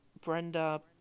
Brenda